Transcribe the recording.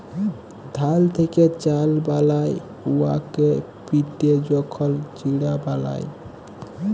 ধাল থ্যাকে চাল বালায় উয়াকে পিটে যখল চিড়া বালায়